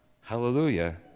Hallelujah